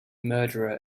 murderer